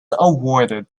awarded